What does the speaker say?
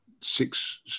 six